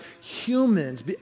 humans